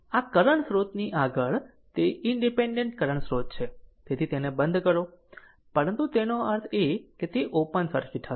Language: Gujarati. આ કરંટ સ્રોતની આગળ તે ઇનડીપેન્ડેન્ટ કરંટ સ્રોત છે તેથી તેને બંધ કરો પરંતુ તેનો અર્થ એ કે તે ઓપન સર્કિટ હશે